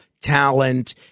talent